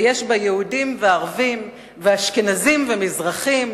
ויש בה יהודים וערבים ואשכנזים ומזרחים,